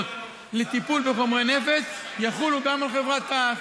לטיפול בחומרי נפץ יחולו גם על חברת תע"ש.